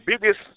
biggest